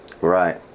right